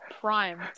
prime